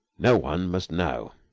no one must know.